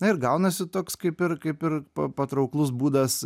na ir gaunasi toks kaip ir kaip ir patrauklus būdas